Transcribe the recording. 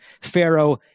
pharaoh